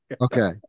Okay